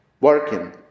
working